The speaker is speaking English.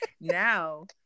now